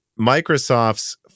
Microsoft's